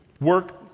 Work